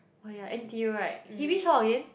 oh ya n_t_u right he which hall again